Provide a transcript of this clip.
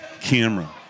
camera